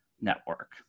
Network